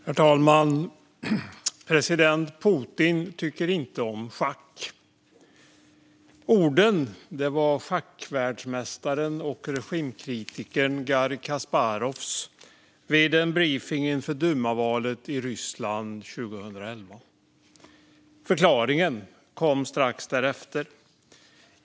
Herr talman! President Putin tycker inte om schack. Dessa ord yttrades av schackvärldsmästaren och regimkritikern Garri Kasparov vid en briefing inför dumavalet i Ryssland 2011. Förklaringen kom strax därefter.